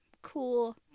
Cool